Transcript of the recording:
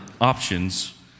options